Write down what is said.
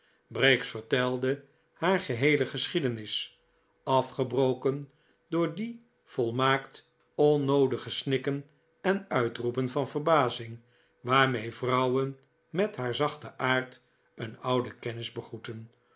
briggs vertelde haar geheele geschiedenis afgebroken door die volmaakt onnoodige snikken en uitroepen van verbazing waarmee vrouwen met haar zachten aard een oude kennis begroeten